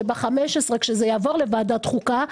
שב-15 כשזה יעבור לוועדת חוקה,